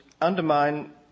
undermine